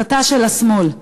הסתה של השמאל.